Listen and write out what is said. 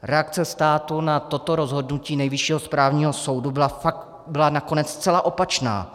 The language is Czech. Reakce státu na toto rozhodnutí Nejvyššího správního soudu byla nakonec zcela opačná.